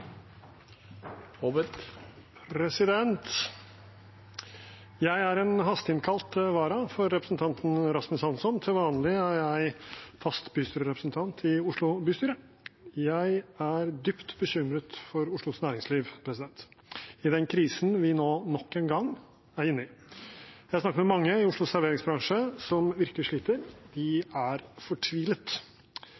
en hasteinnkalt vara for representanten Rasmus Hansson. Til vanlig er jeg fast bystyrerepresentant i Oslo bystyre. Jeg er dypt bekymret for Oslos næringsliv i den krisen vi nå nok en gang er inne i. Jeg har snakket med mange i Oslos serveringsbransje som virkelig sliter. De